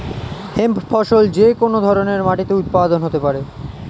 hemp ফসল যে কোন ধরনের মাটিতে উৎপাদন হতে পারে